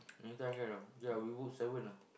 we try can or not yeah book seven ah